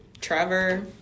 Trevor